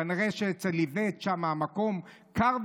כנראה שאצל איווט המקום שם קר ויבש,